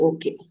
Okay